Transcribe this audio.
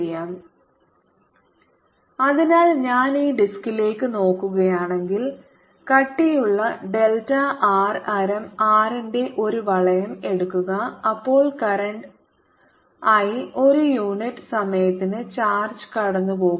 Bz 0I2 r2r2z232 അതിനാൽ ഞാൻ ഈ ഡിസ്കിലേക്ക് നോക്കുകയാണെങ്കിൽ കട്ടിയുള്ള ഡെൽറ്റ ആർ ആരം r ന്റെ ഒരു വളയo എടുക്കുക അപ്പോൾ കറന്റ് I ഒരു യൂണിറ്റ് സമയത്തിന് ചാർജ് കടന്നുപോകുന്നു